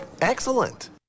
Excellent